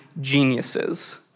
geniuses